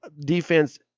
defense